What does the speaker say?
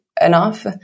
enough